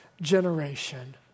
generation